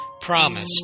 promised